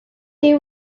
they